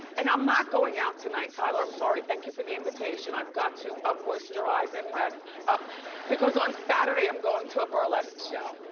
and i'm not going out tonight. tyler, i'm sorry, thank you for the invitation. i've got to ah moisturize and rest up because on saturday i'm going to a burlesque show.